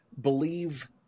believe